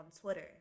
Twitter